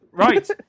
Right